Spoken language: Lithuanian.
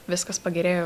viskas pagerėjo